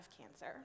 cancer